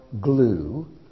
glue